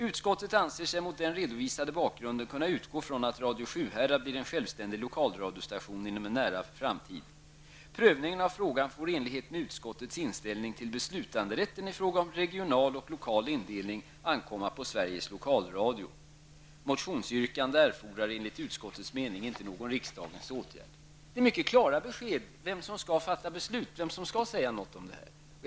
Utskottet anser sig mot den redovisade bakgrunden kunna utgå från att Radio Sjuhärad inom en nära framtid blir en självständig lokalradiostation. Prövningen av frågan får i enlighet med utskottets inställning till beslutanderätten i fråga om regional och lokal indelning ankomma på Sveriges Lokalradio. Motionsyrkande erfordrar enligt utskottets mening inte någon riksdagens åtgärd. Det här är alltså mycket klara besked om vem som skall fatta beslut, om vem som skall säga något om dessa saker.